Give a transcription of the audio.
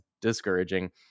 discouraging